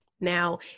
Now